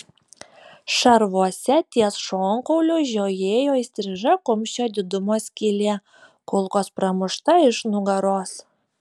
šarvuose ties šonkauliu žiojėjo įstriža kumščio didumo skylė kulkos pramušta iš nugaros